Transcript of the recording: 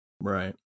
Right